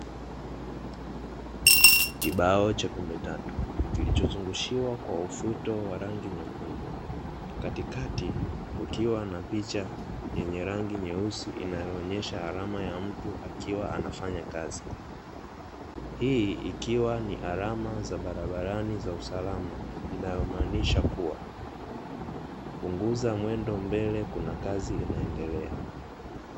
Kibao cha pembe tatu, kilicho zungushiwa kwa ufito wa rangi mwekundu katikati kukiwa na picha yenye rangi nyeusi inayoonyesha alama ya mtu akiwa anafanya kazi. hii ikiwa ni alama za barabarani za usalama inayomanisha kuwa punguza mwendo mbele kuna kazi inaendelea.